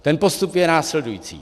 Ten postup je následující.